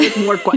More